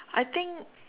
I think